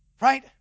Right